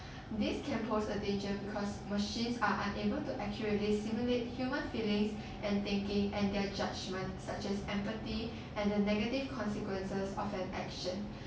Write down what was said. this can pose a danger because machines are unable to accurately simulate human feelings and thinking and their judgement such as empathy and the negative consequences of an action